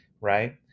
right